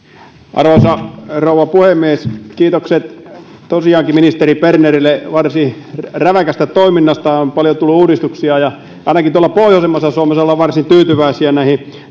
arvoisa rouva puhemies kiitokset tosiaankin ministeri bernerille varsin räväkästä toiminnasta on paljon tullut uudistuksia ja ainakin tuolla pohjoisemmassa suomessa ollaan varsin tyytyväisiä näihin